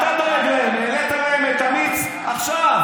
אתה דואג להם: העלית להם את המיץ עכשיו,